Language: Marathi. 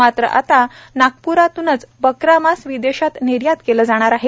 मात्र आता नागप्रातूनच बकरा मांस विदेशात निर्यात केले जाणार आहे